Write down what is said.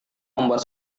membuat